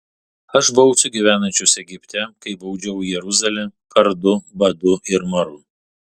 aš bausiu gyvenančius egipte kaip baudžiau jeruzalę kardu badu ir maru